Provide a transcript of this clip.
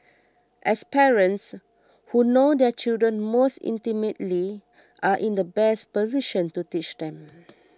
as parents who know their children most intimately are in the best position to teach them